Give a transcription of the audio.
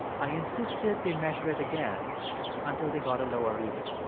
i insisted they measure it again until they got a lower reading.